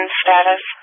status